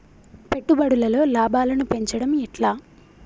పెట్టుబడులలో లాభాలను పెంచడం ఎట్లా?